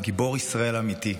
גיבור ישראל אמיתי.